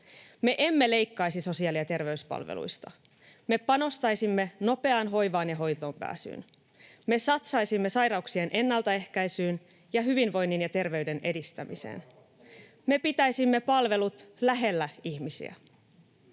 Me emme leikkaisi sosiaali- ja terveyspalveluista. Me panostaisimme nopeaan hoivaan ja hoitoon pääsyyn. Me satsaisimme sairauksien ennaltaehkäisyyn ja hyvinvoinnin ja terveyden edistämiseen. Me pitäisimme palvelut lähellä ihmisiä.